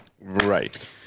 Right